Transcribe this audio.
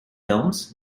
films